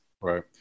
Right